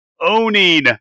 owning